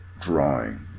drawing